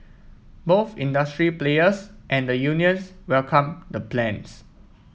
both industry players and the unions welcomed the plans